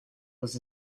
was